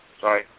sorry